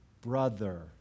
brother